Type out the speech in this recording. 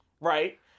Right